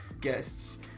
guests